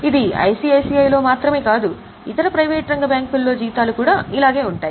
ఇది ఐసిఐసిఐ లో మాత్రమే కాదు ఇతర ప్రైవేట్ రంగ బ్యాంకుల లో జీతాలు కూడా ఇలాగే ఉంటాయి